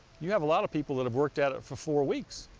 you have a lot of people that have worked at it for four weeks.